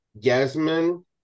Yasmin